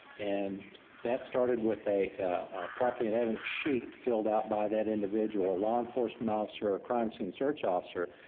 and that started with a property and evidence sheet filled out by that individual, a law enforcement officer, a crime scene search officer,